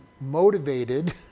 motivated